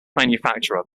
manufacturer